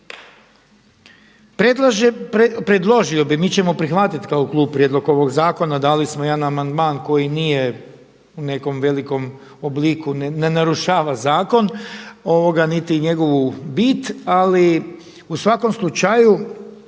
Predložio bi, mi ćemo prihvatiti kao klub prijedlog ovog zakona, dali smo jedan amandman koji nije u nekom velikom obliku, ne narušava zakon niti njegovu bit, ali u svakom slučaju